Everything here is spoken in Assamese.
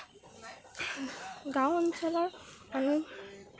গাঁও অঞ্চলৰ মানুহ